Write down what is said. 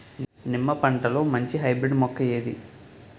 నిమ్మ పంటలో మంచి హైబ్రిడ్ మొక్క ఏది?